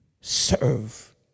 Serve